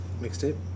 mixtape